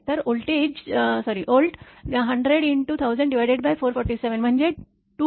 तर व्होल्ट 100×1000447 म्हणजे 223